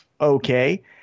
okay